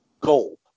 gold